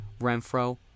Renfro